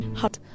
hot